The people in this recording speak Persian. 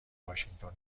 واشینگتن